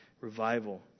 revival